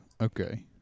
Okay